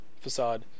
facade